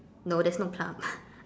no there's no plum